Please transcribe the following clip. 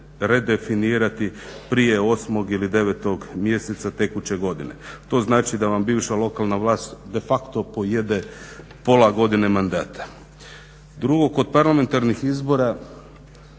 kod parlamentarnih izbora